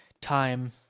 time